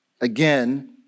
again